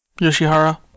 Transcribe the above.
Yoshihara